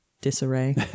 disarray